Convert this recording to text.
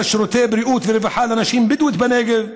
שירותי בריאות ורווחה לנשים בדואיות בנגב,